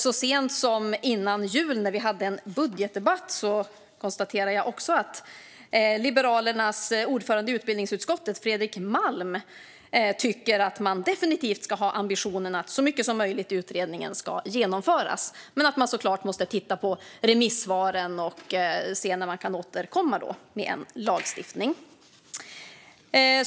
Så sent som innan jul under en budgetdebatt konstaterade jag också att Liberalernas ordförande i utbildningsutskottet, Fredrik Malm, tycker att man definitivt ska ha ambitionen att så mycket som möjligt i utredningen ska genomföras, men man måste såklart titta på remissvaren och se när man kan återkomma med förslag till lagstiftning.